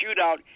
shootout